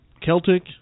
Celtic